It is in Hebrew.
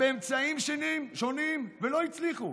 באמצעים שונים, ולא הצליחו.